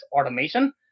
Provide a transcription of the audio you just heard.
automation